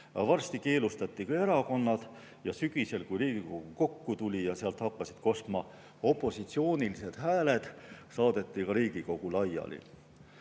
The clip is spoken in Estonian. Varsti keelustati ka erakonnad ja sügisel, kui Riigikogu kokku tuli ja sealt hakkasid kostma opositsioonilised hääled, saadeti ka Riigikogu laiali.